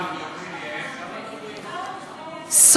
כמה דוברים יש?